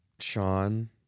Sean